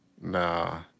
Nah